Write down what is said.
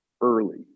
early